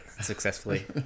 successfully